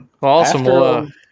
Awesome